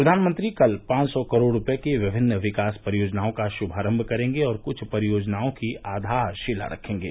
प्रधानमंत्री कल पांच सौ करोड़ रूपये की विभिन्न विकास परियोजनाओं का शुभारंभ करेंगे और कुछ परियोजनओं की आधारशिला रखेंगे